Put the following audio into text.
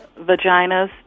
vaginas